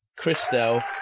Christelle